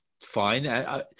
fine